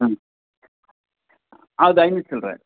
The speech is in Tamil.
ம் ஆ ஐர்நூற்றி சில்லர